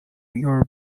your